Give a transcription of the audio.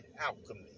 alchemy